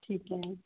ਠੀਕ ਹੈ